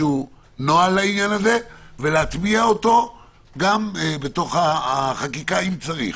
נוהל בעניין ולהטמיע אותו בחקיקה, אם צריך.